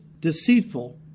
deceitful